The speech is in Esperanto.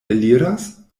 eliras